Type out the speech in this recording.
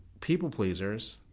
people-pleasers